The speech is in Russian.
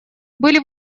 были